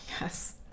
yes